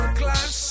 class